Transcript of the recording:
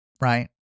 Right